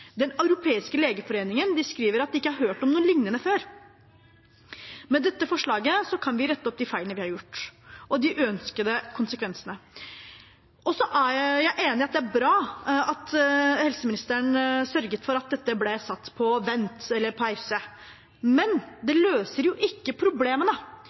Den europeiske legeforeningen skriver at de ikke har hørt om noe lignende før. Med dette forslaget kan vi rette opp de feilene vi har gjort, og de uønskede konsekvensene. Jeg er enig i at det er bra at helseministeren sørget for at dette ble satt på vent eller pause, men det løser ikke problemene,